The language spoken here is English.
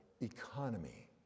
economy